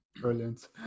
Brilliant